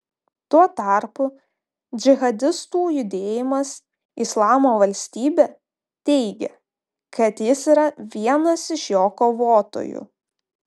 tuo tarpu džihadistų judėjimas islamo valstybė teigia kad jis yra vienas iš jo kovotojų